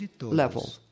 level